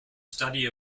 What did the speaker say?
study